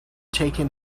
taken